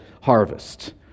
harvest